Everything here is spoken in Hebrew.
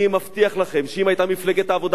אני מבטיח לכם שאם היתה מפלגת העבודה